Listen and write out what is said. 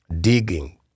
digging